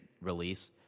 release